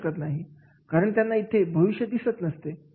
कारण त्यांना इथे भविष्य दिसत नसते